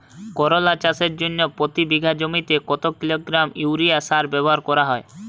করলা চাষের জন্য প্রতি বিঘা জমিতে কত কিলোগ্রাম ইউরিয়া সার ব্যবহার করা হয়?